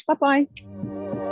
bye-bye